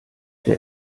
der